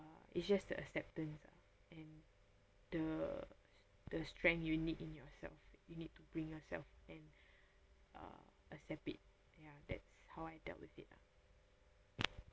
it's just the acceptance ah and the the strength you need in yourself you need to bring yourself and uh accept it ya that's how I dealt with it lah